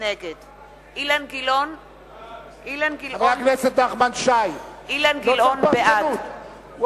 חבר הכנסת נחמן שי, לא צריך פרשנות.